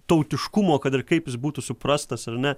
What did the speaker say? tautiškumo kad ir kaip jis būtų suprastas ar ne